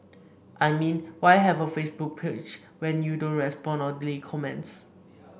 I mean why have a Facebook page when you don't respond or delete comments